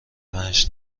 پنج